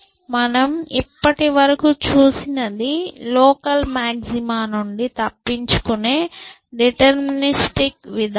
మనం ఇప్పటివరకు చూసినది లోకల్ మాగ్జిమా నుండి తప్పించుకునే డిటర్మినిస్టిక్ విధానం